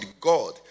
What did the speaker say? God